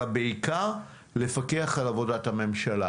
אלא בעיקר לפקח על עבודת הממשלה